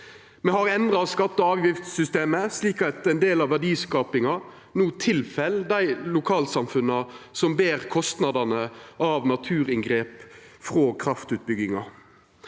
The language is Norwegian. Me har endra skatte- og avgiftssystemet slik at ein del av verdiskapinga no går til dei lokalsamfunna som ber kostnadene av naturinngrep frå kraftutbygginga.